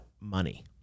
money